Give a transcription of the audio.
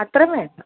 അത്രയും വേണ്ട